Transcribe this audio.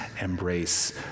embrace